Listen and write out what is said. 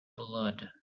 blood